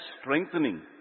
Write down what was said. strengthening